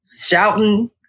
shouting